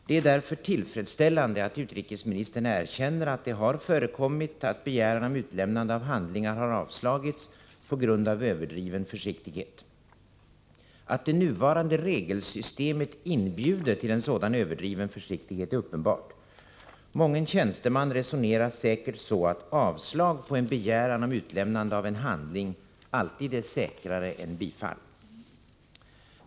Det är därför tillfredsställande att utrikesministern erkänner att det har förekommit att begäran om utlämnande av handlingar avslagits ”på grund av överdriven försiktighet”. Att det nuvarande regelsystemet inbjuder till en sådan överdriven försiktighet är uppenbart. Mången tjänsteman resonerar säkert så att avslag på en begäran om utlämnande av en handling alltid är säkrare än bifall.